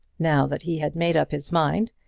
now that he had made up his mind,